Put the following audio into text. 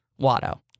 Watto